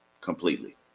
Completely